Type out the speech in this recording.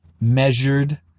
measured